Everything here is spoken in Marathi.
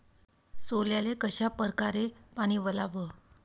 सोल्याले कशा परकारे पानी वलाव?